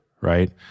right